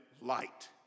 light